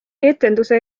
etenduse